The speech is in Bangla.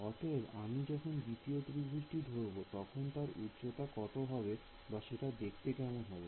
অতএব আমি যখন দ্বিতীয় ত্রিভুজটি ধরবো তখন তার উচ্চতা কত হবে বা সেটা দেখতে কেমন হবে